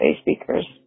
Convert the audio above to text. Speakers